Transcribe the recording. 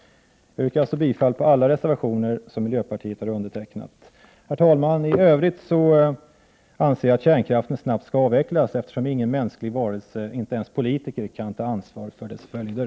Jag yrkar bifall till alla reservationer som miljöpartiet har undertecknat. Herr talman! I övrigt anser jag att kärnkraften snarast skall avvecklas, eftersom ingen mänsklig varelse, inte ens politiker, kan ta ansvar för dess följder.